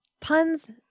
Puns